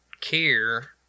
care